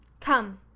Come